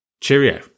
Cheerio